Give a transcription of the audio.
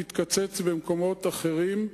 היא תקצץ במקומות אחרים,